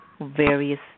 various